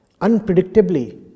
unpredictably